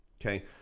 okay